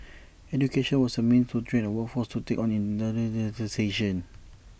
education was A means to train A workforce to take on